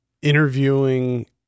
Interviewing